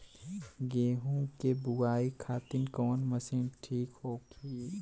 गेहूँ के बुआई खातिन कवन मशीन ठीक होखि?